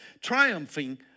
triumphing